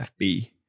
FB